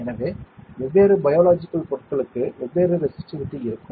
எனவே வெவ்வேறு பயாலஜிக்கல் பொருட்களுக்கு வெவ்வேறு ரேசிஸ்டிவிடி இருக்கும்